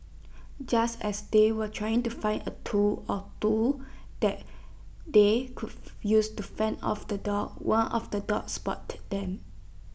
just as they were trying to find A tool or two that they could use to fend off the dogs one of the dogs spotted them